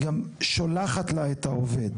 היא גם שולחת לה את העובד.